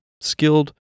skilled